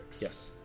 Yes